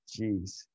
Jeez